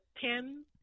ten